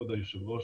כבוד היושב ראש,